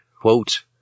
Quote